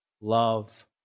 love